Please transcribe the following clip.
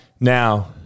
Now